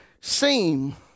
seem